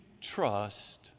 trust